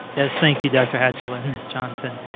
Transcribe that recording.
yes, thank you, dr. hatchell and ms. johnson.